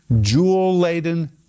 jewel-laden